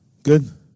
Good